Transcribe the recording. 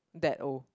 that old